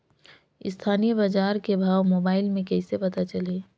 स्थानीय बजार के भाव मोबाइल मे कइसे पता चलही?